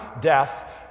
death